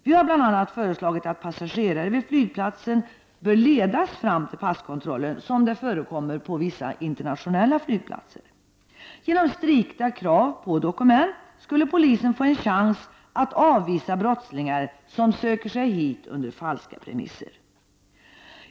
Vi har bl.a. föreslagit att passagerare vid flygplatsen bör ”ledas” fram till passkontrollen, något som sker vid vissa internationella flygplatser. Genom strikta krav på dokument skulle polisen få en chans att avvisa brottslingar som söker sig hit och under falska premisser.